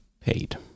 paid